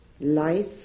life